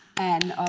and